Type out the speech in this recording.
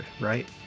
right